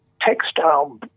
textile